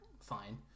fine